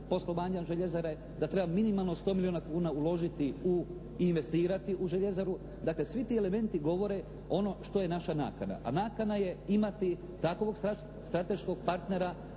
poslovanja željezare, da treba minimalno 100 milijuna kuna uložiti i investirati u željezaru. Dakle, svi ti elementi govore ono što je naša nakana. A nakana je imati takovog strateškog partnera